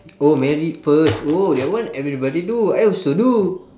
oh married first oh that one everybody do I also do